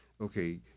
Okay